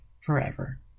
forever